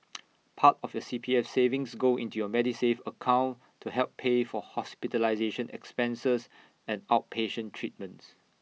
part of your C P F savings go into your Medisave account to help pay for hospitalization expenses and outpatient treatments